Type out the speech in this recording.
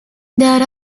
there